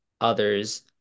others